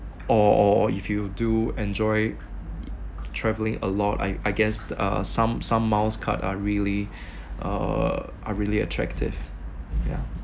or or if you do enjoy traveling a lot I I guessed uh some some miles card are really uh are really attractive yeah